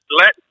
let